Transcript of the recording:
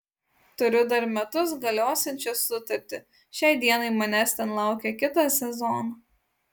turiu dar metus galiosiančią sutartį šiai dienai manęs ten laukia kitą sezoną